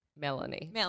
Melanie